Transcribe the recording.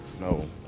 No